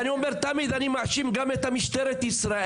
ואני אומר תמיד, אני מאשים גם את משטרת ישראל.